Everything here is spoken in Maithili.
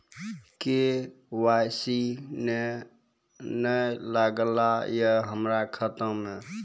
के.वाई.सी ने न लागल या हमरा खाता मैं?